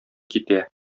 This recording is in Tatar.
китә